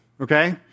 okay